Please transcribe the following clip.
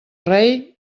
rei